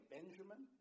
Benjamin